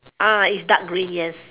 ah it's dark green yes